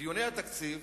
דיוני התקציב